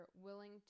willing